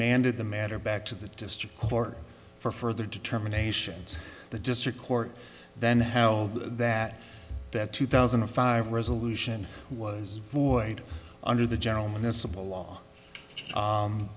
mandate the matter back to the district board for further determinations the district court then how that that two thousand and five resolution was void under the gentleman a civil law